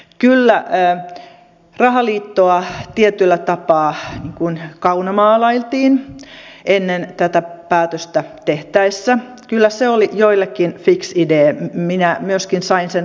kyllä kun rahaliittoa tietyllä tapaa kaunomaalailtiin ennen tätä päätöstä tehtäessä kyllä se oli joillekin fixe idee minä myöskin sain sen vaikutelman